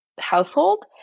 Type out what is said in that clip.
household